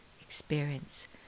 experience